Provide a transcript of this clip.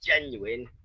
genuine